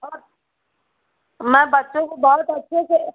और मैं बच्चों को बहुत अच्छे से